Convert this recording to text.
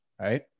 right